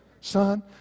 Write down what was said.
Son